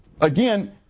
again